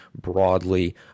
broadly